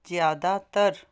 ਜ਼ਿਆਦਾਤਰ